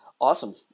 Awesome